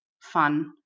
fun